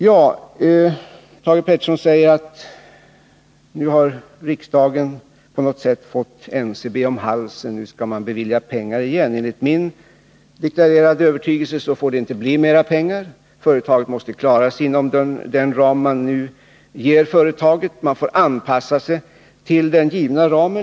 Thage Peterson säger att riksdagen nu på något sätt har fått NCB om halsen. Nu skall man återigen bevilja pengar. Enligt min tidigare deklarerade övertygelse får det inte bli mer pengar. Företaget måste klara sig självt inom den givna ramen. Man får således anpassa sig till denna.